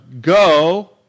Go